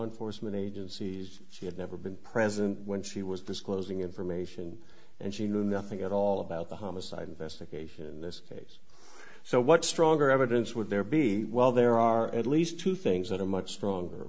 enforcement agencies she had never been present when she was disclosing information and she knew nothing at all about the homicide investigation in this case so what stronger evidence would there be well there are at least two things that are much stronger